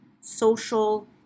social